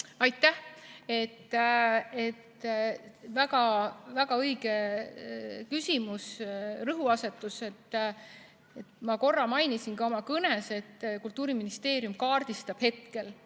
Aitäh! Väga õige küsimus, rõhuasetus. Ma korra mainisin ka oma kõnes, et Kultuuriministeerium kaardistab hetkel,